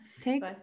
take